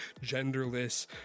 genderless